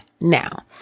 Now